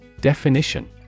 Definition